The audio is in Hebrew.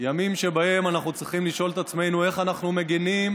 ימים שבהם אנחנו צריכים לשאול את עצמנו איך אנחנו מגינים